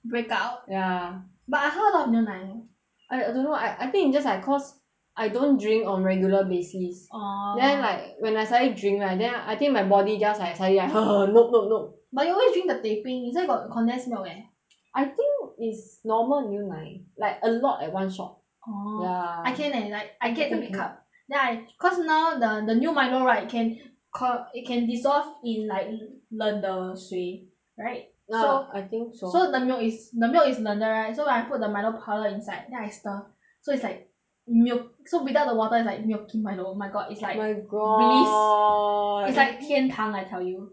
break out ya but I 喝 a lot of 牛奶 leh I I don't know I I think it's just like cause I don't drink on regular basis orh then like when I suddenly drink right then I think my body just like suddenly like nope nope nope but you always drink the teh 冰 inside got condensed milk eh I think is normal 牛奶 like a lot at one shot orh ya I can leh like I get the big cup then I cause now the the new milo right you can cal~ it can dissolve in like 冷的水 right so ya I think so the milk is the milk is 冷的 right so when I put the milo powder inside then I stir so it's like milk so without the water is like milky milo mine oh my god it's like bliss it's like 天堂 I tell you